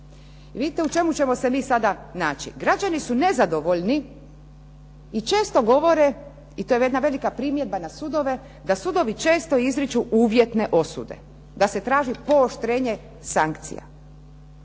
Vidite u čemu ćemo se mi sada naći. Građani su nezadovoljni i često govore i to je jedna velika primjedba na sudove da sudovi često izriču uvjetne osude, da se traži pooštrenje sankcija.